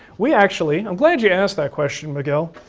we actually. i'm glad you asked that question miguel.